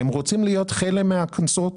הם רוצים להיות חלק מהקונסורציום.